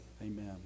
Amen